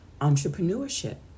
entrepreneurship